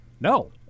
No